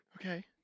Okay